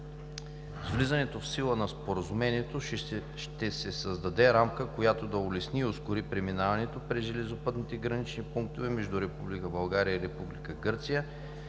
С влизането в сила на Споразумението ще се създаде рамка, която да улесни и ускори преминаването през железопътните гранични пунктове между Република